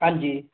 हांजी